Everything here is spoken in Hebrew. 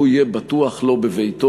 שהוא יהיה בטוח לו בביתו,